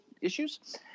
issues